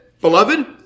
Beloved